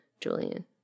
Julian